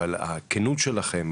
אבל הכנות שלכם,